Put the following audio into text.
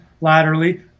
laterally